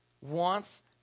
wants